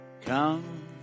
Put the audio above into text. come